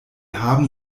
haben